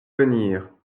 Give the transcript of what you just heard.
venir